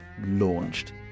launched